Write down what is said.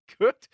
good